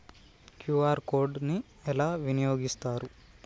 QR code ని ఎలా వినియోగిస్తారు?